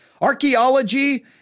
Archaeology